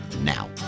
now